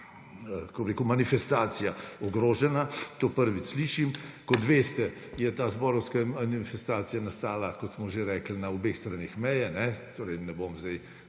manifestacija ogrožena, to prvič slišim. Kot veste, je ta zborovska manifestacija nastala na obeh straneh meje, torej ne bom zdaj